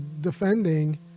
defending